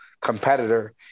competitor